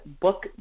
book